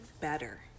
better